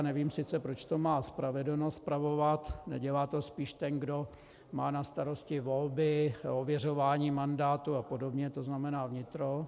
Nevím sice, proč to má spravedlnost spravovat, nedělá to spíš ten, kdo má na starosti volby, ověřování mandátu apod., to znamená vnitro?